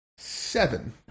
Seven